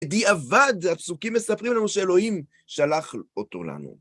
בדיעבד, הפסוקים מספרים לנו שאלוהים שלח אותו לנו.